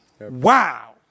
Wow